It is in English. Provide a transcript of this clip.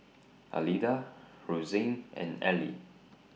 Alida Rozanne and Eli